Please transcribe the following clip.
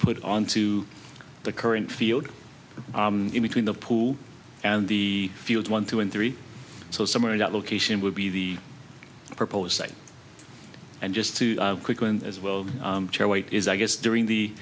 put on to the current field in between the pool and the fields one two and three so somewhere in that location would be the proposed site and just to quickly and as well is i guess during the